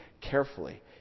carefully